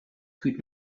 could